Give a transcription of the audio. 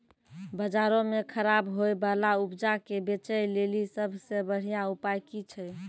बजारो मे खराब होय बाला उपजा के बेचै लेली सभ से बढिया उपाय कि छै?